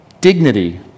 dignity